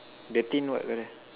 the thing what colour